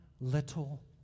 little